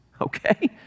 okay